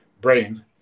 brain